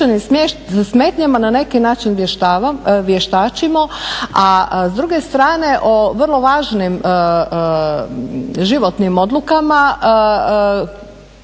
smetnjama na neki način vještačimo, a s druge strane o vrlo važnim životnim odlukama